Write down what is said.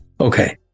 Okay